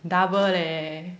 double leh